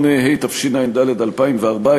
38), התשע"ד 2014,